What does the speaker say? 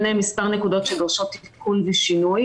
אמנה מספר נקודות שדורשות תיקון ושינוי,